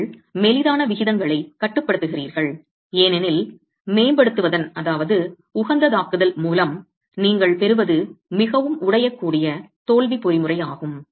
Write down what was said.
நீங்கள் மெலிதான விகிதங்களை கட்டுப்படுத்துகிறீர்கள் ஏனெனில் மேம்படுத்துவதன் உகந்ததாக்குதல் மூலம் நீங்கள் பெறுவது மிகவும் உடையக்கூடிய தோல்வி பொறிமுறையாகும்